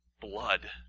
blood